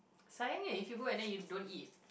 sayangnya if you go and then you don't eat